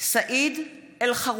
מתחייבת אני סעיד אלחרומי,